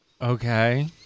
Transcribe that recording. Okay